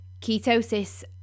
ketosis